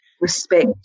respect